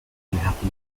unhappy